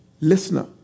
listener